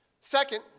Second